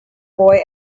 boy